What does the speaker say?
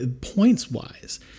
points-wise